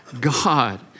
God